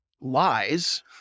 lies